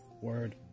word